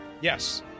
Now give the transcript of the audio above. Yes